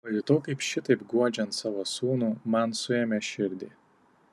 pajutau kaip šitaip guodžiant savo sūnų man suėmė širdį